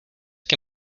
que